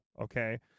Okay